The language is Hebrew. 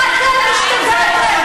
את באה להגן על רוצחי נשים.